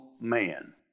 man